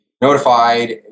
notified